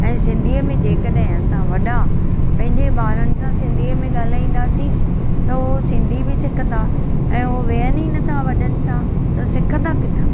ऐं सिंधीअ में जेकॾहिं असां वॾा पंहिंजे ॿारनि सां सिंधीअ में ॻाल्हाईंदासीं त उहो सिंधी बि सिखंदा ऐं उहो वेहनि ई नथा वॾनि सां त सिखंदा किथां